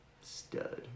Stud